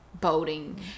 Boating